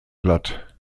glatt